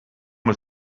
was